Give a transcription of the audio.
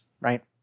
right